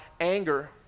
anger